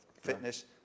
fitness